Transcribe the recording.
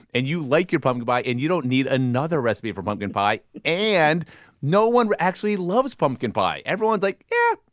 and you like your pumpkin pie. and you don't need another recipe for pumpkin pie and no one actually loves pumpkin pie. everyone's like, yeah,